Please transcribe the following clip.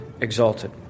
exalted